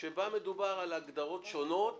שבה מדובר על הדרות שונות